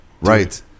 Right